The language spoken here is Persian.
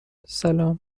سلام